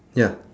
ya